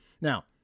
Now